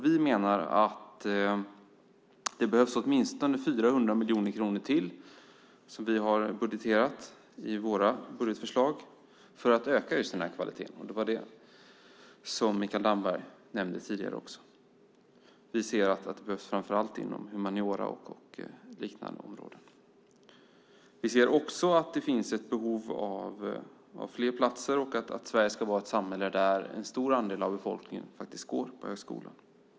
Vi menar att det behövs åtminstone 400 miljoner kronor till, som vi har i våra budgetförslag, för att öka kvaliteten, som också Mikael Damberg nämnde tidigare. Vi ser att det behövs framför allt inom humaniora och liknande områden. Vi ser också att det finns ett behov av fler platser. Sverige ska vara ett samhälle där en stor andel av befolkningen går på högskolan.